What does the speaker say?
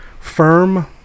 firm